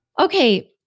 Okay